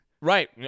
Right